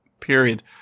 Period